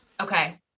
Okay